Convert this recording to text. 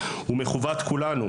ומחובת כולנו,